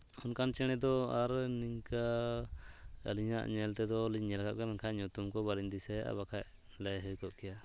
ᱚᱱᱠᱟᱱ ᱪᱮᱬᱮ ᱫᱚ ᱟᱨ ᱱᱤᱝᱠᱟᱹ ᱟᱹᱞᱤᱧᱟᱜ ᱧᱮᱞ ᱛᱮᱫᱚ ᱞᱤᱧ ᱧᱮᱞ ᱟᱠᱟᱫ ᱠᱚᱣᱟ ᱢᱮᱱᱠᱷᱟᱱ ᱧᱩᱛᱩᱢ ᱠᱚ ᱵᱟᱹᱞᱤᱧ ᱫᱤᱥᱟᱹᱭᱮᱫᱟ ᱵᱟᱠᱷᱟᱱ ᱞᱟᱹᱭ ᱦᱩᱭ ᱠᱚ ᱠᱮᱭᱟ